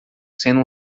sendo